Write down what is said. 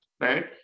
right